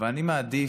אבל אני מעדיף,